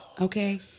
Okay